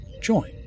join